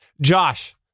josh